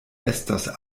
estas